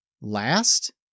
last